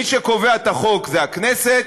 מי שקובע את החוק זאת הכנסת,